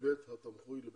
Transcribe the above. מבית התמחוי לביתם.